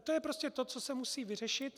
To je prostě to, co se musí vyřešit.